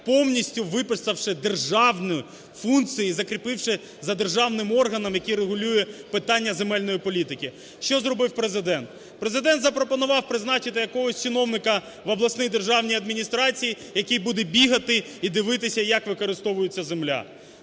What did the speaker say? повністю виписавши державні функції і закріпивши за державним органом, який регулює питання земельної політики. Що зробив Президент? Президент запропонував призначити якогось чиновника в обласні державні адміністрації, який буде бігати і дивитися, як використовується земля.